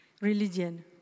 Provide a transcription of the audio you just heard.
religion